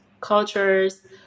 cultures